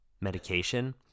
medication